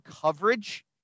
coverage